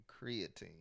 creatine